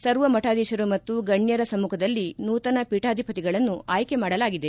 ಸರ್ವ ಮಠಾಧೀಶರು ಮತ್ತು ಗಣ್ಯರ ಸಮ್ಮಖದಲ್ಲಿ ನೂತನ ಪೀಠಾಧಿಪತಿಗಳನ್ನು ಆಯ್ಕೆ ಮಾಡಲಾಗಿದೆ